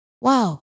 wow